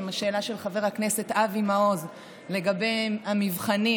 השאלה של חבר הכנסת אבי מעוז לגבי המבחנים